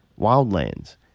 Wildlands